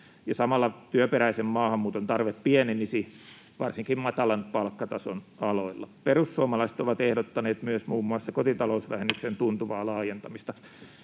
samalla työperäisen maahanmuuton tarve pienenisi varsinkin matalan palkkatason aloilla. Perussuomalaiset ovat ehdottaneet myös muun muassa kotitalousvähennyksen [Puhemies